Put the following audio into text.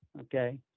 okay